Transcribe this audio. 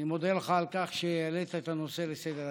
אני מודה לך על כך שהעלית את הנושא לסדר-היום.